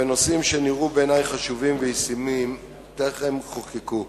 ונושאים שנראו בעיני חשובים וישימים טרם חוקקו.